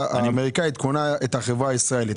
האמריקאית קונה את החברה הישראלית.